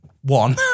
one